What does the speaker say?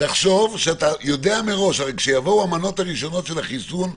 הרי כשיבואו המנות הראשונות של החיסון,